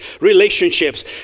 relationships